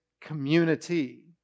community